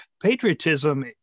patriotism